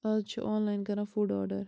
آز چھِ online کران فوڈ آرڈر